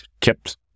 kept